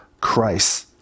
Christ